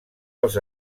els